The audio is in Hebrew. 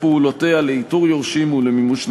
פעולותיה לאיתור יורשים ולמימוש נכסים.